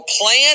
plan